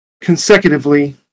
consecutively